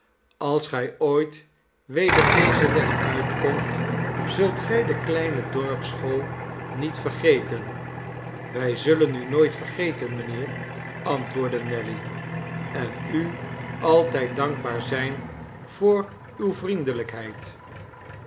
als gij ooit weder dezen weg uitkomt zult gij de kleine dorpsschool niet vergeten wij zullen u nooit vergeten mijnheer antwoordde nelly en u altijd dankbaar zijn voor uwe vriendelijkheid